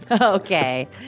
Okay